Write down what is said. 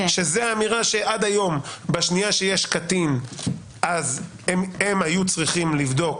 עד היום, כשהיה קטין הם היו צריכים לבדוק,